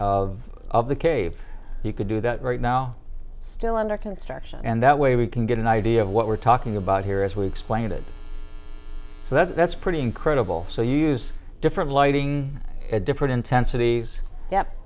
of of the cave you could do that right now still under construction and that way we can get an idea of what we're talking about here as we explain it so that's pretty incredible so you use different lighting different intensities yep